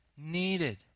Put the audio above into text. needed